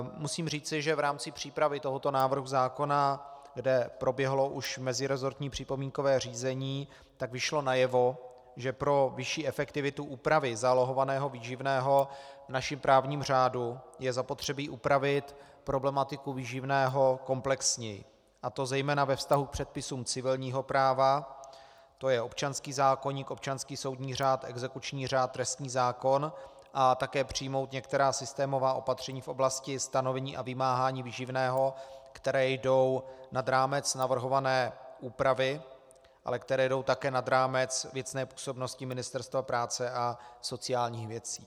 Musím říci, že v rámci přípravy tohoto návrhu zákona, kde proběhlo už meziresortní připomínkové řízení, vyšlo najevo, že pro vyšší efektivitu úpravy zálohovaného výživného v našem právní řádu je zapotřebí upravit problematiku výživného komplexněji, a to zejména ve vztahu k předpisům civilního práva to je občanský zákoník, občanský soudní řád, exekuční řád, trestní zákon , a také přijmout některá systémová opatření v oblasti stanovení a vymáhání výživného, která jdou nad rámec navrhované úpravy, ale která jdou také nad rámec věcné působnosti Ministerstva práce a sociálních věcí.